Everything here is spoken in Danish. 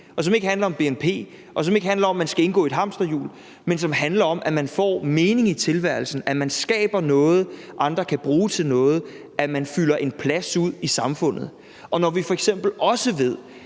som ikke handler om bnp, og som ikke handler om, at man skal indgå i et hamsterhjul, men som handler om, at man får mening i tilværelsen, at man skaber noget, andre kan bruge til noget, at man fylder en plads ud i samfundet – og når vi f.eks. også ved,